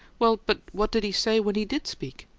well, but what did he say when he did speak?